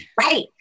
Right